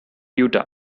utah